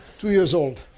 two years old.